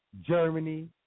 Germany